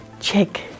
check